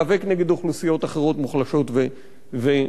להיאבק נגד אוכלוסיות אחרות מוחלשות ומוכות.